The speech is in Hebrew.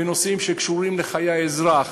בנושאים שקשורים לחיי האזרח,